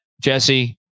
Jesse